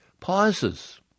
Pauses